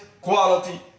quality